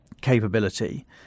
capability